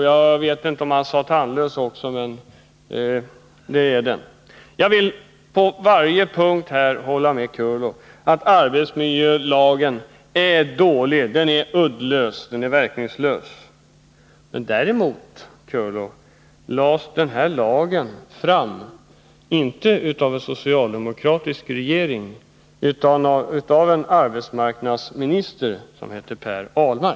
Jag minns inte om han sade att den var tandlös också, men det är den. Jag vill helt hålla med Björn Körlof om att arbetsmiljölagen är dålig, uddlös och verkningslös. Men däremot vill jag rätta Björn Körlof på en punkt: Arbetsmiljölagen lades inte fram av en socialdemokratisk regering utan av en arbetsmarknadsminister som hette Per Ahlmark.